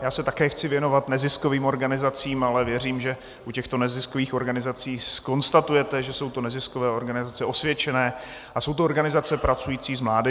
Já se taky chci věnovat neziskovým organizacím, ale věřím, že u těchto neziskových organizací zkonstatujete, že jsou to neziskové organizace osvědčené a jsou to organizace pracující s mládeží.